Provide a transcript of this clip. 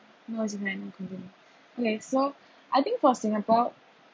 no is meant COVID lor okay so I think for singapore